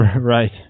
Right